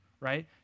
right